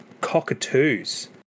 cockatoos